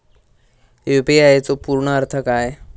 UPI चो पूर्ण अर्थ काय?